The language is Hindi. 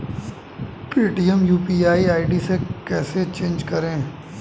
पेटीएम यू.पी.आई आई.डी कैसे चेंज करें?